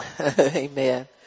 Amen